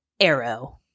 arrow